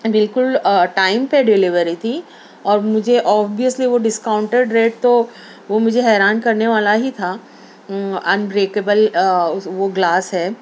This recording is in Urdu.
بالکل ٹائم پہ ڈلیوری تھی اور مجھے آبویسلی وہ ڈسکاؤنٹیڈ ریٹ تو وہ مجھے حیران کرنے والا ہی تھا انبریکیبل وہ گلاس ہے